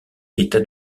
état